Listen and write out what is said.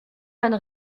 bonne